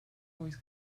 always